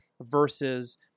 versus